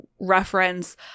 reference